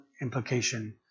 implication